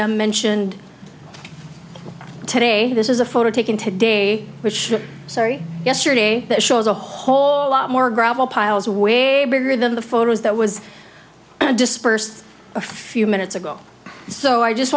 m mentioned today this is a photo taken today which sorry yesterday shows a whole lot more gravel piles way bigger than the photos that was dispersed a few minutes ago so i just